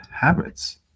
habits